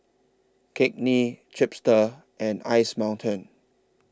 Cakenis Chipster and Ice Mountain